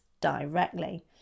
directly